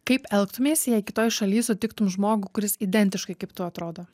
kaip elgtumeis jei kitoj šaly sutiktum žmogų kuris identiškai kaip tu atrodo